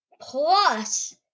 Plus